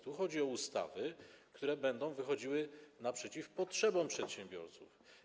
Tu chodzi o ustawy, które będą wychodziły naprzeciw potrzebom przedsiębiorców.